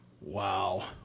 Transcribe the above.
Wow